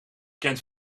kent